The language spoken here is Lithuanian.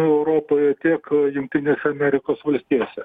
europoje tiek jungtinėse amerikos valstijose